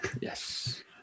Yes